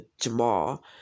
Jamal